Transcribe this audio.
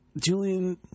Julian